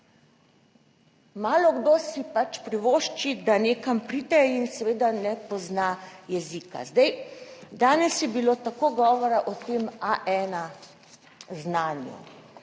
Malokdo si pač privošči, da nekam pride in seveda ne pozna jezika. Zdaj, danes je bilo tako govora o tem 21.